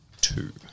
two